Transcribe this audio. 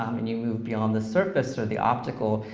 um and you move beyond the surface or the optical,